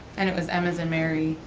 and it was m as in mary,